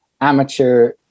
amateur